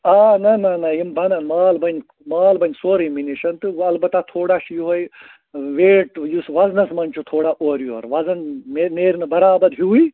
آ نَہ نَہ نَہ یِم بَنیٚن مال بَنہِ مال بَنہِ سورٕے مےٚ نِش تہٕ وۄنۍ اَلبتہ تھوڑا چھُ یِہوے ویٹ یُس وَزنَس منٛز چھُ تھوڑا اورٕ یور وزَن نیرِنہٕ برابَر ہیٛوٕے